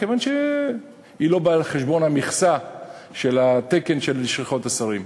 מכיוון שהיא לא באה על חשבון המכסה של התקן של לשכות השרים.